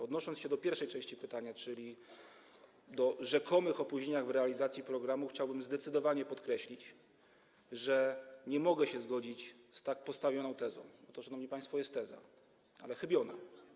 Odnosząc się do pierwszej części pytania, czyli do rzekomych opóźnień w realizacji programu, chciałbym zdecydowanie podkreślić, że nie mogę się zgodzić z tak postawioną tezą, bo to, szanowni państwo, jest teza, ale chybiona.